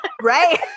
Right